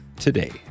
today